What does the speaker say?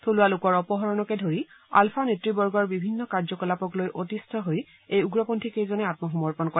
থলুৱা লোকৰ অপহৰণকে ধৰি আলফা নেতৃবৰ্গৰ বিভিন্ন কাৰ্যকলাপক লৈ অতিষ্ঠ হৈ এই উগ্ৰপন্থীকেইজনে আম্মসমৰ্পণ কৰে